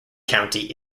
county